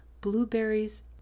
blueberries